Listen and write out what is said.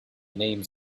names